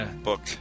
book